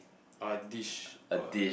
uh dish uh